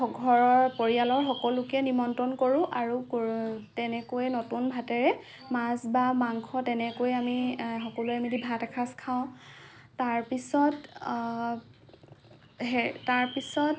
ঘৰৰ পৰিয়ালৰ সকলোকে নিমন্ত্ৰণ কৰোঁ আৰু তেনেকৈয়ে নতুন ভাতেৰে মাছ বা মাংস তেনেকৈয়ে আমি সকলোৱে মিলি ভাত এসাঁজ খাওঁ তাৰ পিছত তাৰ পিছত